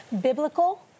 biblical